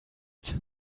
ist